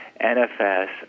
NFS